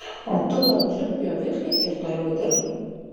o tu gal čiupk pjoviklį ir toliau dirbk